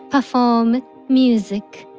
perform music,